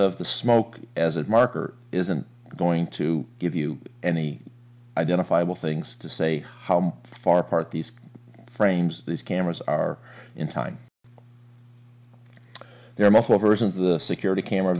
of the smoke as a marker isn't going to give you any identifiable things to say how far apart these frames these cameras are in time their muscle versus the security camera